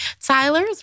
Tyler's